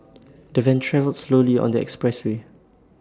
the van travelled slowly on the expressway